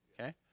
Okay